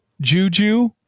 Juju